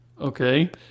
Okay